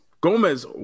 Gomez